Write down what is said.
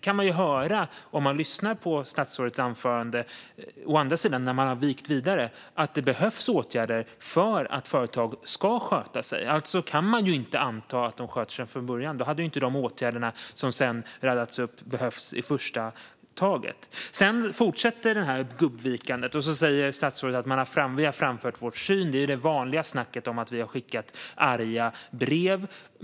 Men när jag fortsätter lyssna på statsrådets anförande, när man har vikt vidare, får jag höra att det behövs åtgärder för att företag ska sköta sig. Alltså kan man inte anta att de sköter sig från början. Då hade inte de åtgärder som sedan raddades upp behövts i första taget. Sedan fortsätter gubbvikandet, och så säger statsrådet att vi har framfört vår syn. Det är det vanliga snacket om att vi har skickat arga brev.